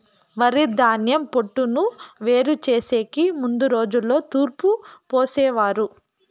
వరిధాన్యం పొట్టును వేరు చేసెకి ముందు రోజుల్లో తూర్పు పోసేవారు